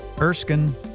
Erskine